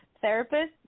therapist